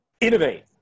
innovate